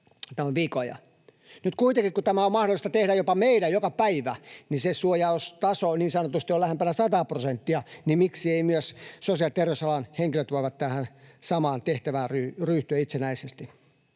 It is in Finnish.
Nyt kuitenkin kun tämä on meidän mahdollista tehdä jopa joka päivä ja se suojaustaso niin sanotusti on jo lähempänä sataa prosenttia, niin miksi eivät myös sosiaali‑ ja terveysalan henkilöt voi tähän samaan tehtävään ryhtyä itsenäisesti?